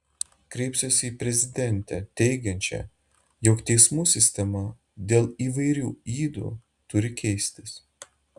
kreipsiuosi į prezidentę teigiančią jog teismų sistema dėl įvairių ydų turi keistis